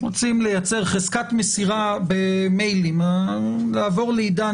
רוצים לייצר חזקת מסירה במיילים לעבור לעידן